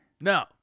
No